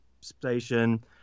station